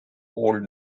old